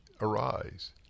arise